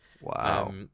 Wow